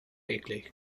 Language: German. eklig